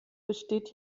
besteht